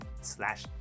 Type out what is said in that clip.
slash